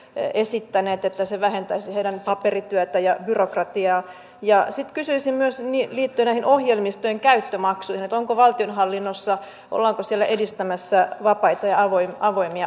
hallitus varsin perustellusti panostaa liikenneverkkoon parantamalla erityisesti tie ja sen kyseisenä sini liitteineen ohjelmistojen käyttömaksuihinton kuwaitin rataverkon kuntoa asteittain kuluvan hallituskauden aikana